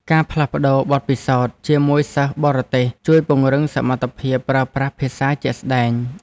ការផ្លាស់ប្តូរបទពិសោធន៍ជាមួយសិស្សបរទេសជួយពង្រឹងសមត្ថភាពប្រើប្រាស់ភាសាជាក់ស្តែង។